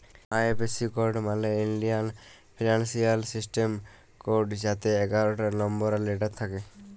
IFSC code মালে ইলডিয়াল financial system code যাতে এগারটা লম্বর আর লেটার থ্যাকে